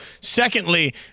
Secondly